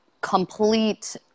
complete